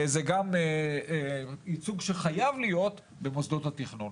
זה גם ייצוג שחייב להיות במוסדות התכנון.